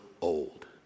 old